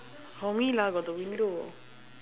for me lah got the window